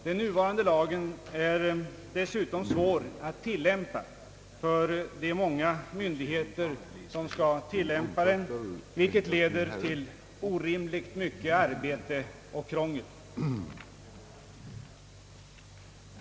Den nuvarande lagen är dessutom svår att tillämpa för de många myndigheter som har att besluta efter den, vilket leder till orimligt mycket arbete och krångel.